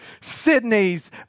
Sydney's